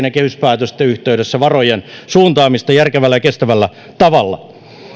ja kehyspäätösten yhteydessä varojen suuntaamista järkevällä ja kestävällä tavalla